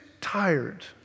tired